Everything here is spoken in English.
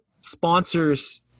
sponsors